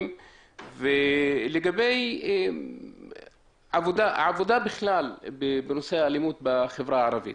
בעניין העבודה בנושא האלימות בחברה הערבית.